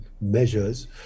measures